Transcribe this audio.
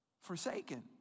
Forsaken